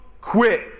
quit